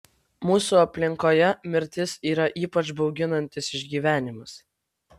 mūsų aplinkoje mirtis yra ypač bauginantis išgyvenimas